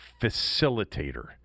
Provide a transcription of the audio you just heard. facilitator